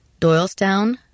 Doylestown